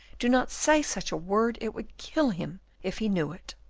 do not say such a word, it would kill him, if he knew it.